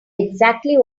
exactly